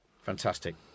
fantastic